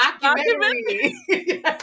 documentary